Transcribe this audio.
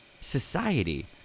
society